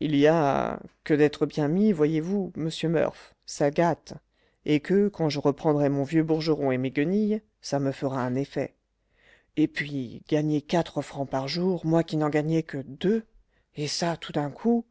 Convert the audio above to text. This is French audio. il y a que d'être bien mis voyez-vous monsieur murph ça gâte et que quand je reprendrai mon vieux bourgeron et mes guenilles ça me fera un effet et puis gagner quatre francs par jour moi qui n'en gagnais que deux et ça tout d'un coup